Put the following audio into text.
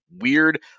weird